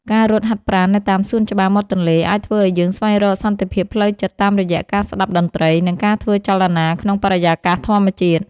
ការរត់ហាត់ប្រាណនៅតាមសួនច្បារមាត់ទន្លេ អាចធ្វើឲ្យយើងស្វែងរកសន្តិភាពផ្លូវចិត្តតាមរយៈការស្ដាប់តន្ត្រី និងការធ្វើចលនាក្នុងបរិយាកាសធម្មជាតិ។